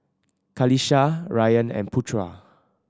Qalisha Ryan and Putra